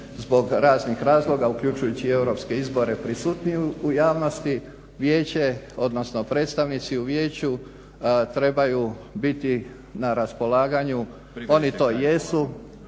zbog raznih razloga uključujući i europske izbore prisutniji u javnosti. Vijeće, odnosno predstavnici u vijeću trebaju biti na raspolaganju i oni to i jesu.